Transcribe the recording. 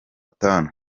tanu